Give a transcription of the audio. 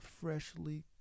freshly